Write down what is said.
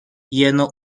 jeno